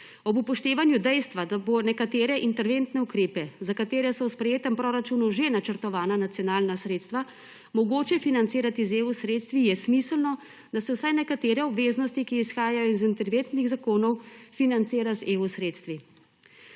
Ob upoštevanju dejstva, da bo nekatere interventne ukrepe, za katere so v sprejetem proračunu že načrtovana nacionalna sredstva, mogoče financirati s sredstvi EU, je smiselno, da se vsaj nekatere obveznosti, ki izhajajo iz interventnih zakonov, financira s sredstvi